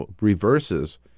reverses